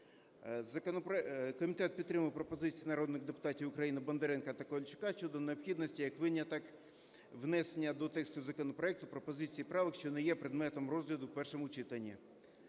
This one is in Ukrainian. Комітет підтримав пропозицію народних депутатів України Бондаренка та Ковальчука щодо необхідності як виняток внесення до тексту законопроекту пропозицій і правок, що не є предметом розгляду в першому читанні.